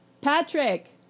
Patrick